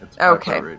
Okay